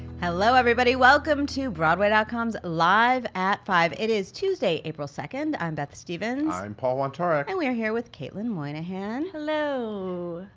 hello everybody! welcome to broadway com's live at five. it is tuesday april second. i'm beth stevens. i'm paul wontorek. and we're here with caitlin moynihan. hello!